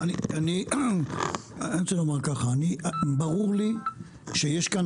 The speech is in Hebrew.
אני רוצה לומר ככה אני ברור לי שיש כאן